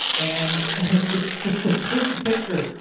and just to complete the picture,